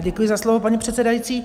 Děkuji za slovo, paní předsedající.